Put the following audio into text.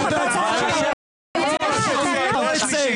ניתן והרבה מעבר ולפנים משורת הדין.